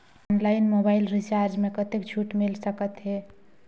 Online mobile recharge मे कतेक छूट मिल सकत हे?